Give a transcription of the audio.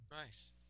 Nice